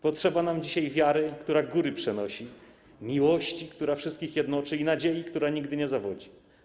Potrzeba nam dzisiaj wiary, która góry przenosi, miłości, która wszystkich jednoczy, i nadziei, która nigdy nie zawodzi.